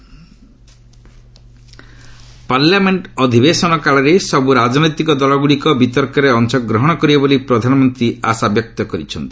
PM parliament parliament ଅଧିବେଶନ କାଳରେ ସବୁ ରାଜନୈତିକ ଦଳଗୁଡ଼ିକ ବିତର୍କରେ ଅଂଶଗ୍ରହଣ କରିବେ ବୋଲି ପ୍ରଧାନମନ୍ତ୍ରୀ ଆଶାବ୍ୟକ୍ତ କରିଛନ୍ତି